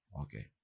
okay